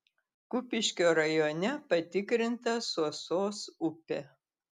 kupiškio rajone patikrinta suosos upė